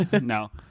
No